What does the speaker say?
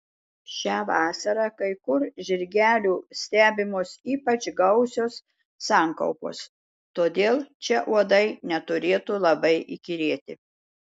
šią vasarą kai kur žirgelių stebimos ypač gausios sankaupos todėl čia uodai neturėtų labai įkyrėti